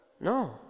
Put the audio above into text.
No